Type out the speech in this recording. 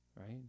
right